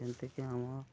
ଯେନ୍ତିକି ଆମ